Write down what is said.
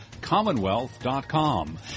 Commonwealth.com